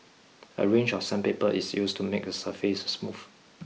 a range of sandpaper is used to make the surface smooth